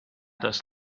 does